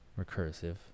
recursive